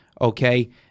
Okay